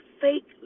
Fake